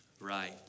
right